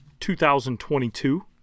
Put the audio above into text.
2022